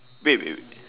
wait wait wait